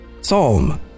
Psalm